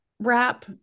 wrap